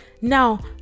now